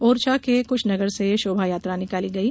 ओरछा के क्श नगर से शोभा यात्रा निकाली गयी